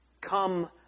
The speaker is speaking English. Come